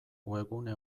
webgune